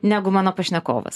negu mano pašnekovas